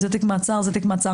אם זהו תיק מעצר זהו תיק מעצר.